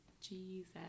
Jesus